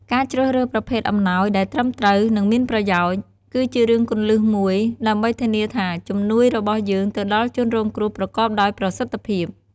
ការជ្រើសរើសប្រភេទអំណោយដែលត្រឹមត្រូវ និងមានប្រយោជន៍ គឺជារឿងគន្លឹះមួយ ដើម្បីធានាថាជំនួយរបស់យើងទៅដល់ជនរងគ្រោះប្រកបដោយប្រសិទ្ធភាព។